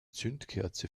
zündkerze